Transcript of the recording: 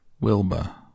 Wilbur